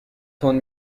تند